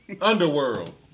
Underworld